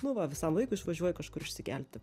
nu va visam laikui išvažiuoji kažkur išsikelti